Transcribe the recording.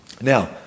Now